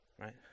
Right